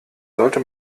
sollte